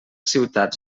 ciutats